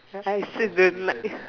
I also don't like